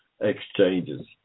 exchanges